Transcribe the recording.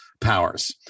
powers